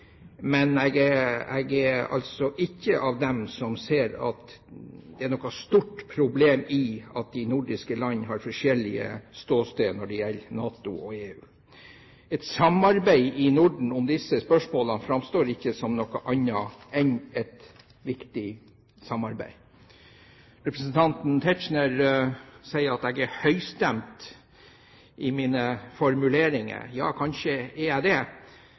jeg er altså ikke av dem som ser at det er noe stort problem at de nordiske land har forskjellig ståsted når det gjelder NATO og EU. Et samarbeid i Norden om disse spørsmålene framstår ikke som noe annet enn et viktig samarbeid. Representanten Tetzschner sier at jeg er høystemt i mine formuleringer. Ja, kanskje er jeg det,